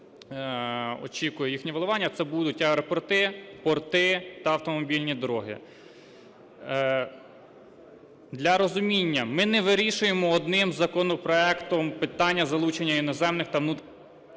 очікує їхнє вливання, це будуть аеропорти, порти та автомобільні дороги. Для розуміння: ми не вирішуємо одним законопроектом питання залучення іноземних та… ГОЛОВУЮЧИЙ.